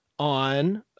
on